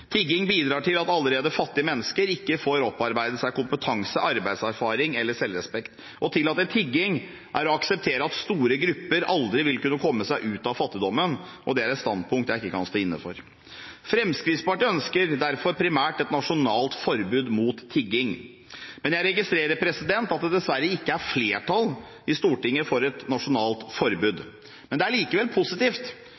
Tigging bidrar til at allerede fattige mennesker ikke får opparbeidet seg kompetanse, arbeidserfaring eller selvrespekt. Å tillate tigging er å akseptere at store grupper aldri vil kunne komme seg ut av fattigdommen, og det er et standpunkt jeg ikke kan stå inne for. Fremskrittspartiet ønsker derfor primært et nasjonalt forbud mot tigging. Men jeg registrerer at det dessverre ikke er flertall i Stortinget for et nasjonalt forbud. Det er likevel positivt